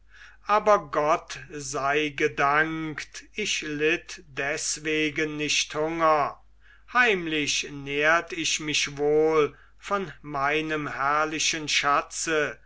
aber gott sei gedankt ich litt deswegen nicht hunger heimlich nährt ich mich wohl von meinem herrlichen schatze